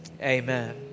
amen